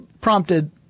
prompted